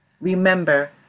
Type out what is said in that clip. Remember